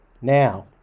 Now